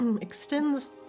extends